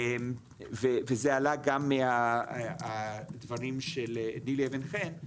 וזה עלה גם מהדברים של נילי אבן-חן,